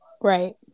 Right